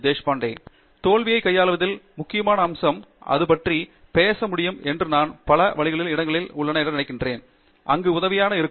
தேஷ்பாண்டே தோல்வி கையாள்வதில் முக்கிய அம்சம் இது பற்றி பேச முடியும் மற்றும் நான் பல வழிகளில் இடங்களில் உள்ளன என்று நினைக்கிறேன் அங்கு உதவியாக இருக்கும்